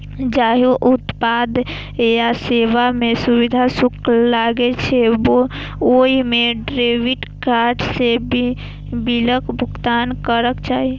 जाहि उत्पाद या सेवा मे सुविधा शुल्क लागै छै, ओइ मे डेबिट कार्ड सं बिलक भुगतान करक चाही